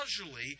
casually